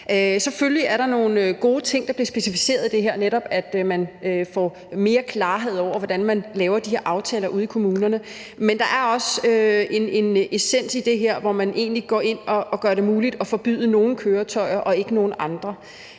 Selvfølgelig er der nogle gode ting, der bliver specificeret i det her, så man netop får mere klarhed over, hvordan man laver de her aftaler ude i kommunerne. Men der er også en essens i det her, hvor man egentlig går ind og gør det muligt at forbyde nogle køretøjer, men ikke andre.